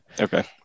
okay